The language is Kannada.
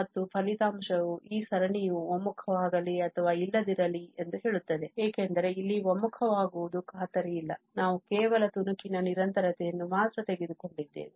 ಮತ್ತು ಫಲಿತಾಂಶವು ಈ ಸರಣಿಯು ಒಮ್ಮುಖವಾಗಲಿ ಅಥವಾ ಇಲ್ಲದಿರಲಿ ಎಂದು ಹೇಳುತ್ತದೆ ಏಕೆಂದರೆ ಇಲ್ಲಿ ಒಮ್ಮುಖವಾಗುವುದು ಖಾತರಿಯಿಲ್ಲ ನಾವು ಕೇವಲ ತುಣುಕಿನ ನಿರಂತರತೆಯನ್ನು ಮಾತ್ರ ತೆಗೆದುಕೊಂಡಿದ್ದೇವೆ